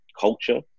culture